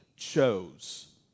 chose